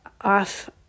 off